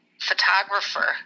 photographer